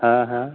हाँ हाँ